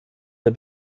der